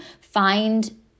find